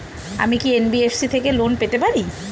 আমি কি এন.বি.এফ.সি থেকে লোন নিতে পারি?